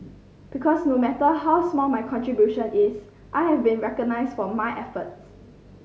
because no matter how small my contribution is I have been recognised for my efforts